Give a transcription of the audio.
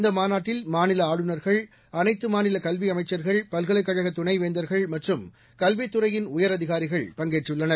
இந்த மாநாட்டில் மாநில ஆளுநர்கள் அனைத்து மாநில கல்வி அமைச்சர்கள் பல்கலைக் கழக துணைவேந்தர்கள் மற்றும் கல்வித் துறையின் உயரதிகாரிகள் பங்கேற்றுள்ளனர்